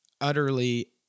utterly